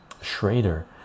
Schrader